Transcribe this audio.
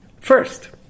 First